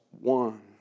one